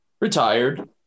retired